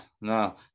no